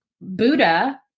Buddha